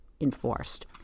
enforced